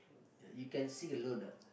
ya you can sing alone ah